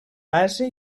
base